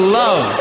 love